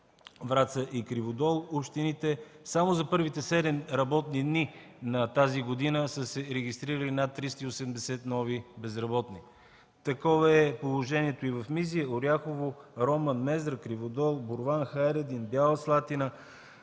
Враца и Криводол – само за първите седем работни дни на тази година са се регистрирали над 380 нови безработни. Такова е положението и в Мизия, Оряхово, Роман, Мездра, Криводол, Борован, Хайредин, Бяла Слатина